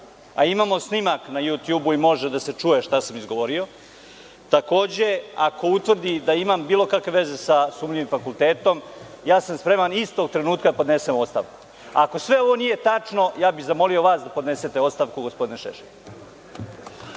a imamo snimak na jutjubu i može da se čuje šta sam izgovorio, takođe, ako utvrdi da imam bilo kakve veze sa sumnjivim fakultetom, spreman sam istog trenutka da podnesem ostavku. Ako sve ovo nije tačno, zamolio bih vas da podnesete ostavku, gospodine